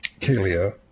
Kalia